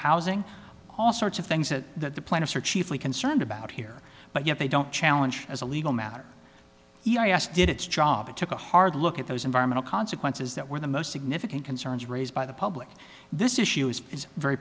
housing all sorts of things that planets are chiefly concerned about here but yet they don't challenge as a legal matter i asked did its job it took a hard look at those environmental consequences that were the most significant concerns raised by the public this issue